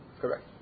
Correct